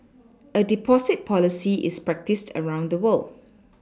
a Deposit policy is practised around the world